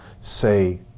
say